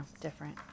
different